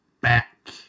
back